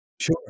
Sure